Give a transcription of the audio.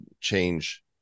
change